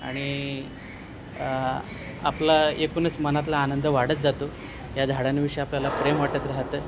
आणि आपला एकूनच मनातला आनंद वाढत जातो या झाडांविषयी आपल्याला प्रेम वाटत राहतं